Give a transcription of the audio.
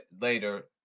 later